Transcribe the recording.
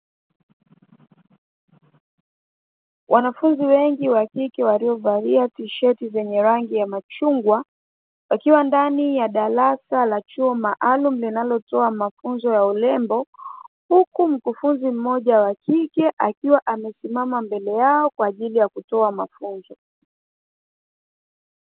Wanafunzi wengi wa kike waliovalia tisheti zenye rangi ya machungwa wakiwa ndani ya dalasa la chumba maalum linalotoa mafunzo ya urembo huku mkufunzi mmoja wa kike akiwa amesimama mbele yao kwa ajili ya kutoa mafunzo.